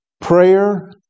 prayer